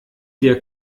dir